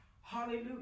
Hallelujah